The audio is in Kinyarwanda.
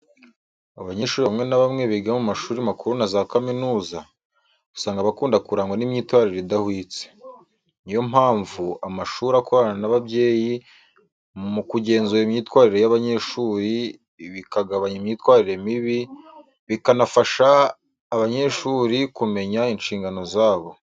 Abanyeshuri bamwe na bamwe biga mu mashuri makuru na za kaminuza, usanga bakunda kurangwa n'imyitwarire idahwitse. Niyo mpamvu amashuri akorana n'ababyeyi mu kugenzura imyitwarire y'abanyeshuri, bikagabanya imyitwarire mibi bikanafasha abanyeshuri kumenya inshingano zabo.